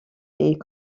est